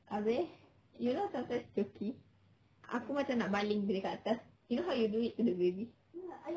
abeh you know sometimes choki aku macam nak baling dia kat atas you know how you do it the baby